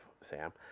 sam